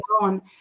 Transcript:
on